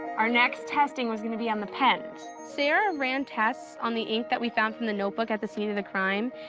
our next testing was going to be on the pens. sarah ran tests on the ink that we found from the notebook at the scene of the crime,